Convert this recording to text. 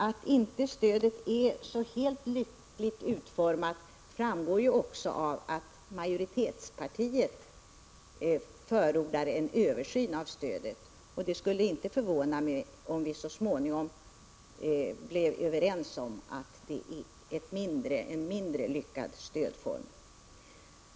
Att stödet inte är så helt lyckligt utformat framgår ju också av att majoritetspartiet förordar en översyn. Det skulle inte förvåna mig om vi så småningom blev överens om att fraktstödet är en mindre lyckad stödform.